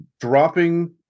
dropping